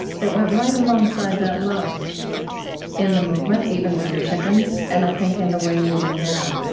that went right alongside that love in the movement, even with your chickens, and i think in the way you live now.